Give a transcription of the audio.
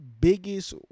biggest